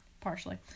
Partially